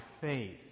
faith